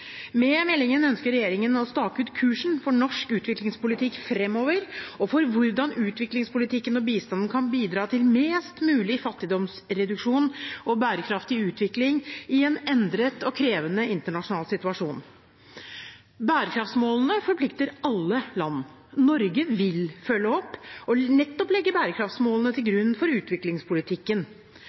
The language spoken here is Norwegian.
Med meldingen ønsker regjeringen å stake ut kursen for norsk utviklingspolitikk framover og for hvordan utviklingspolitikken og bistanden kan bidra til mest mulig fattigdomsreduksjon og bærekraftig utvikling i en endret og krevende internasjonal situasjon. Bærekraftsmålene forplikter alle land. Norge vil følge opp og nettopp legge bærekraftsmålene til grunn for utviklingspolitikken.